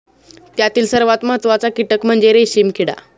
त्यातील सर्वात महत्त्वाचा कीटक म्हणजे रेशीम किडा